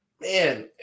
man